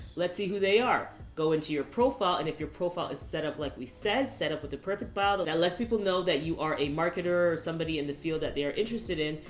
let's see who they are, go into your profile. and if your profile is set up, like we said, set up with the perfect bio, that lets people know that you are a marketer, or somebody in the field that they're interested in,